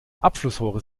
abflussrohre